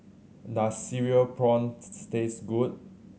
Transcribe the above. does Cereal Prawns taste good